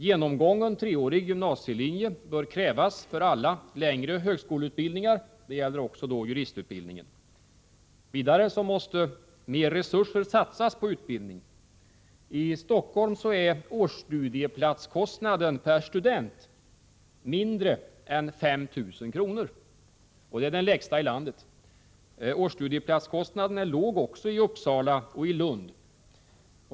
Genomgången treårig gymnasielinje bör krävas för alla längre högskoleutbildningar. Det bör gälla också juristutbildningen. Vidare måste mer resurser satsas på utbildningen. I Stockholm är årsstudieplatskostnaden per student mindre än 5 000 kr. — den lägsta i landet. Den är låg också i Uppsala och Lund.